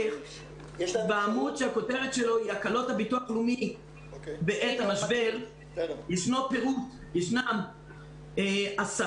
בעמוד שהכותרת שלו היא "הקלות הביטוח הלאומי בעת המשבר" ישנם עשרה